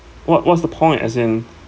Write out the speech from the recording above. what what's the point as in